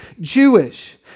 Jewish